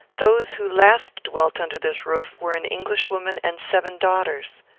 those who last dwelt under this roof were an englishwoman and seven daughters.